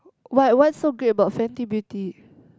what what's so great about Fenty-Beauty